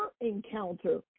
encounter